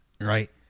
right